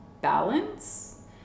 balance